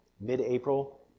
mid-April